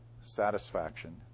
satisfaction